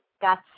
got